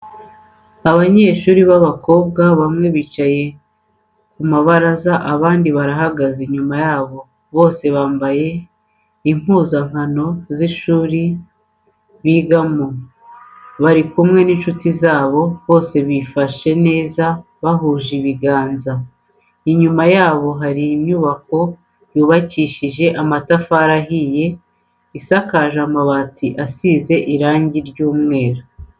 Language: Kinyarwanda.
Abanyeshuri b'abakobwa bamwe bicaye ku mabaraza, abandi bahagaze inyuma yabo. Bose bambaye impuzankano z'ishuri bigamo, bari kumwe n'inshuti zabo, bose bifashe neza, bahuje ibiganza. Inyuma yabo hari inyubako yubakishije amatafari ahiye, isakaje amabati asize irangi ry'umweru.